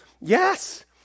Yes